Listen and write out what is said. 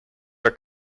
are